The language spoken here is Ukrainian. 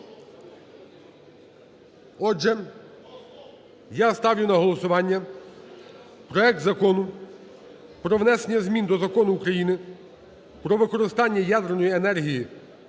Отже, я ставлю на голосування проект Закону про внесення змін до Закону України "Про використання ядерної енергії